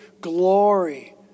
glory